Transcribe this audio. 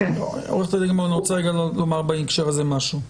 אני רוצה רגע לומר בהקשר הזה משהו.